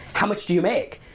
how much do you make?